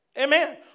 Amen